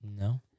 No